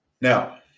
now